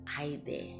idea